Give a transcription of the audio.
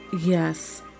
Yes